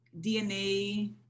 DNA